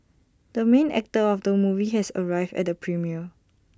the main actor of the movie has arrived at the premiere